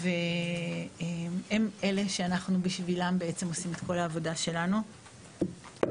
הם אלה שאנחנו עושים בשבילם את כל העבודה שלנו בעצם.